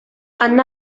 spin